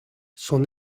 son